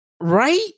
right